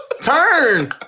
turn